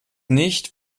nicht